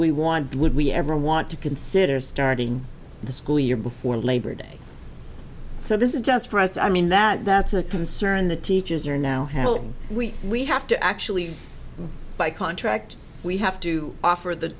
one would we ever want to consider starting the school year before labor day so this is just for us i mean that that's a concern the teachers are now well we we have to actually by contract we have to offer the